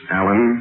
Alan